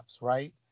right